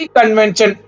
Convention